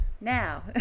now